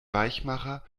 weichmacher